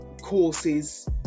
courses